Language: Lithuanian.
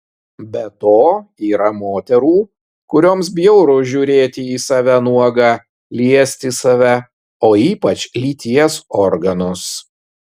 be to yra moterų kurioms bjauru žiūrėti į save nuogą liesti save o ypač lyties organus